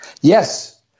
Yes